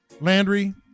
Landry